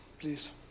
please